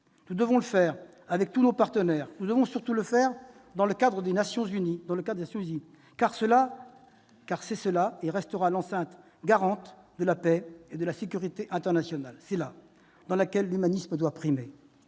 Nous devons le faire avec tous nos partenaires et, surtout, dans le cadre des Nations unies, qui reste et restera l'enceinte garante de la paix et de la sécurité internationale, celle dans laquelle l'humanisme doit primer.